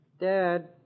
Dad